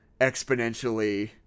exponentially